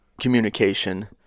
communication